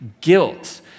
guilt